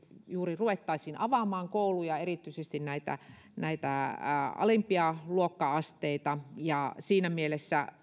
juuri avaamaan kouluja erityisesti näitä alimpia luokka asteita ja siinä mielessä